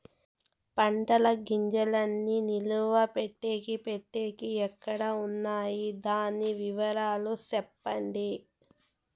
పంటల గింజల్ని నిలువ పెట్టేకి పెట్టేకి ఎక్కడ వున్నాయి? దాని వివరాలు సెప్పండి?